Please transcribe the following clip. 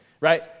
right